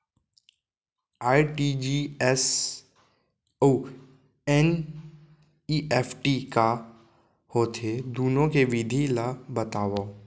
RTGS अऊ NEFT का होथे, दुनो के विधि ला बतावव